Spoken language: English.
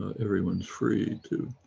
everyone's free to